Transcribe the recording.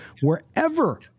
wherever